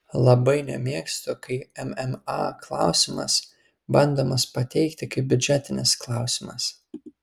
labai nemėgstu kai mma klausimas bandomas pateikti kaip biudžetinis klausimas